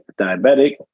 diabetic